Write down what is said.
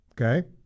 Okay